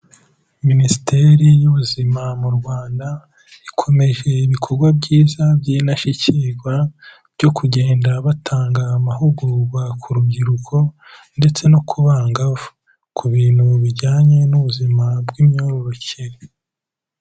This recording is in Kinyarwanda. Minisiteri y'Ubuzima mu Rwanda ikomeje ibikorwa byiza by'indashyikirwa byo kugenda batanga amahugurwa ku rubyiruko ndetse no kubagavu ku bintu bijyanye n'ubuzima bw'imyororokere.